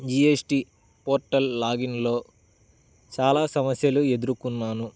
G S T portal లాగిన్లో చాలా సమస్యలు ఎదురుకున్నాను